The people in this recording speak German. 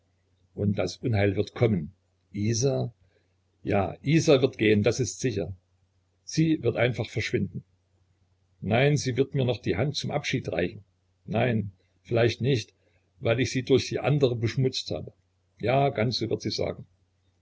und das unheil wird kommen isa ja isa wird gehen das ist sicher sie wird einfach verschwinden nein sie wird mir noch die hand zum abschied reichen nein vielleicht nicht weil ich sie durch die andere beschmutzt habe ja ganz so wird sie sagen